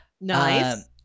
nice